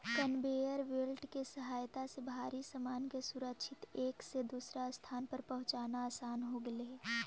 conveyor belt के सहायता से भारी सामान के सुरक्षित एक से दूसर स्थान पर पहुँचाना असान हो गेलई हे